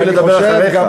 צריכים לדבר אחריך.